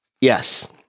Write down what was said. yes